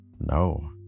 No